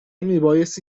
میبایستی